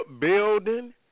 building